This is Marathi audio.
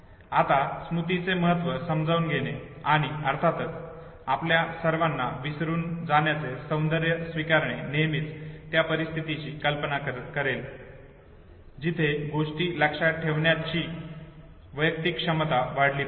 आता स्मृतीचे महत्त्व समजून घेणे आणि अर्थातच आपल्या सर्वांना विसरून जाण्याचे सौंदर्य स्वीकारणे नेहमीच त्या परिस्थितीची कल्पना करेल जिथे गोष्टी लक्षात ठेवण्याची वैयक्तिक क्षमता वाढली पाहिजे